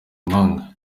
impanga